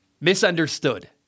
misunderstood